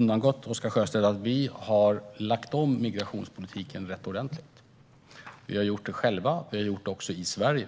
undgått Oscar Sjöstedt att vi har lagt om migrationspolitiken rätt ordentligt. Vi har gjort det själva. Vi har också gjort det i Sverige.